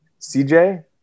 CJ